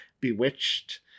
bewitched